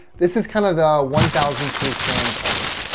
this is kind of the one thousand true fans argument.